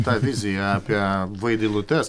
ta vizija apie vaidilutes